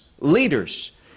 leaders